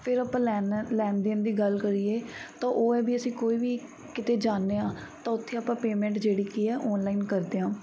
ਫਿਰ ਆਪਾਂ ਲੈਣ ਲੈਣ ਦੇਣ ਦੀ ਗੱਲ ਕਰੀਏ ਤਾਂ ਉਹ ਹੈ ਵੀ ਅਸੀਂ ਕੋਈ ਵੀ ਕਿਤੇ ਜਾਂਦੇ ਹਾਂ ਤਾਂ ਉੱਥੇ ਆਪਾਂ ਪੇਮੈਂਟ ਜਿਹੜੀ ਕੀ ਹੈ ਔਨਲਾਈਨ ਕਰਦੇ ਹਾਂ